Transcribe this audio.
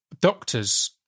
doctors